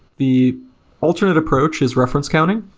the alternate approach is reference counting.